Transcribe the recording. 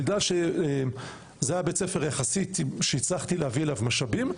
בגלל שזה היה בית ספר שיחסית הצלחתי להביא אליו משאבים,